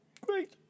Great